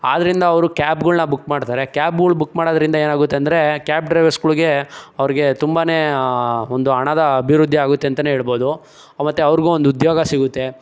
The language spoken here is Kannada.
ಆದ್ದರಿಂದ ಅವರು ಕ್ಯಾಬ್ಗಳ್ನ ಬುಕ್ ಮಾಡ್ತಾರೆ ಕ್ಯಾಬ್ಗಳು ಬುಕ್ ಮಾಡೋದ್ರಿಂದ ಏನಾಗುತ್ತೆ ಅಂದರೆ ಕ್ಯಾಬ್ ಡ್ರೈವರ್ಸ್ಗಳ್ಗೆ ಅವ್ರಿಗೆ ತುಂಬಾ ಒಂದು ಹಣದ ಅಭಿವೃದ್ಧಿಯಾಗುತ್ತೆ ಅಂತನೇ ಏಳ್ಬೋದು ಮತ್ತು ಅವ್ರಿಗೂ ಒಂದು ಉದ್ಯೋಗ ಸಿಗುತ್ತೆ